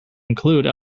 include